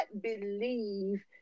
believe